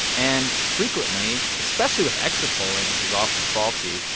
and frequently, especially with exit polling, which is often faulty,